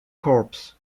corps